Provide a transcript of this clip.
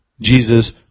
jesus